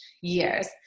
years